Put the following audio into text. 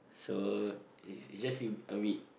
so it's it's just feel a bit